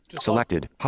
Selected